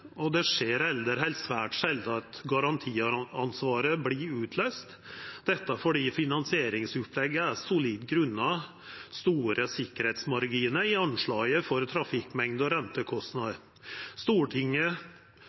Og det skjer aldri eller svært sjeldan at garantiansvaret vert utløyst – dette fordi finansieringsopplegget er solid, grunna store sikkerheitsmarginar i anslaget for trafikkmengd og rentekostnader. Stortinget